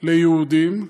ליהודים,